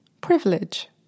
privilege